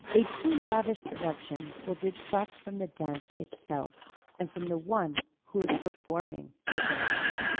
a too lavish production will detract from the dance itself and from the one who is performing the dance.